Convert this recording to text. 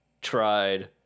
tried